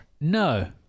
No